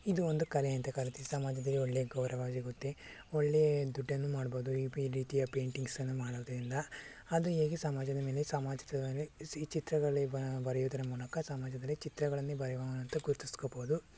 ಇದು ಒಂದು ಕಲೆ ಅಂತ ಕರಿತೀವಿ ಸಮಾಜದಲ್ಲಿ ಒಳ್ಳೆಯ ಗೌರವ ಸಿಗುತ್ತೆ ಒಳ್ಳೆಯ ದುಡ್ಡನ್ನು ಮಾಡ್ಬೋದು ಇದೇ ರೀತಿಯ ಪೇಂಟಿಂಗ್ಸನ್ನು ಮಾಡೋದ್ರಿಂದ ಅದು ಹೇಗೆ ಸಮಾಜದ ಮೇಲೆ ಸಮಾಜದಲ್ಲಿ ಈ ಚಿತ್ರಗಳ ಬರೆಯುವುದರ ಮೂಲಕ ಸಮಾಜದಲ್ಲಿ ಚಿತ್ರಗಳಲ್ಲಿ ಬರೆಯುವಂಥ ಗುರ್ತುಸ್ಕೋಬೋದು